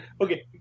okay